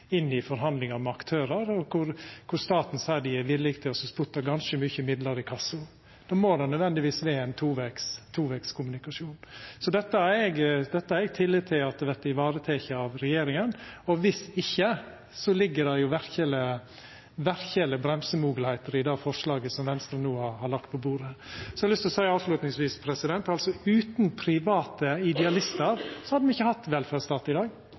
forhandlingar med aktørar, og der staten seier ein er villig til å spytta inn ganske mykje midlar i kassen. Då må det nødvendigvis vera ein tovegs kommunikasjon. Dette har eg tillit til at vert vareteke av regjeringa, og dersom ikkje, ligg det verkeleg bremsemoglegheiter i det forslaget som Venstre no har lagt på bordet. Så har eg lyst til å seia avslutningsvis: Utan private idealistar hadde me ikkje hatt velferdsstat i dag.